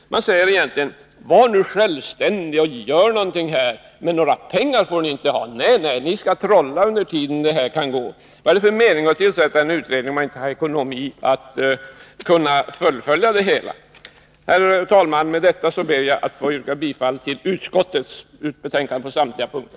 Man säger egentligen: Var nu självständiga och gör någonting — men några pengar får ni inte, nej, ni skall trolla under tiden! Men vad är det för mening att tillsätta en utredning om man inte har ekonomi för att kunna fullfölja det hela? Herr talman! Med detta ber jag att få yrka bifall till utskottets hemställan på samtliga punkter.